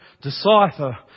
decipher